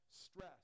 stress